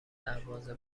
دروازه